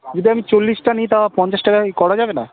যদি আমি চল্লিশটা নিই তা পঞ্চাশ টাকায় কি করা যাবে না